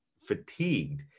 fatigued